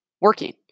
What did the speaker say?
working